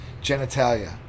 genitalia